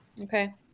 Okay